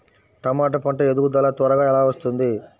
టమాట పంట ఎదుగుదల త్వరగా ఎలా వస్తుంది?